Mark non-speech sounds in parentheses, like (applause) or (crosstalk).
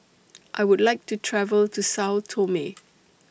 (noise) I Would like to travel to Sao Tome (noise)